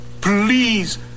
Please